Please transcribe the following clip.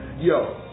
Yo